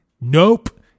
Nope